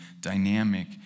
dynamic